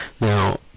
Now